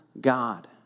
God